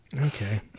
Okay